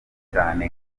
cyane